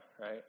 right